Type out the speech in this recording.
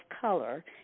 color